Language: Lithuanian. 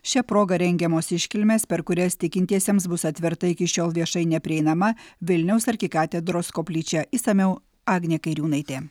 šia proga rengiamos iškilmės per kurias tikintiesiems bus atverta iki šiol viešai neprieinama vilniaus arkikatedros koplyčia išsamiau agnė kairiūnaitė